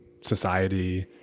society